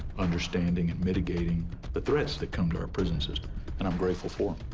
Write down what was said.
understanding and mitigating the threats that come to our prison system and i'm grateful for